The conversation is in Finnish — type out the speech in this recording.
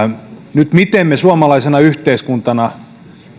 nyt se miten me suomalaisena yhteiskuntana